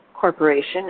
Corporation